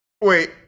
Wait